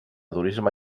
turisme